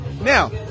Now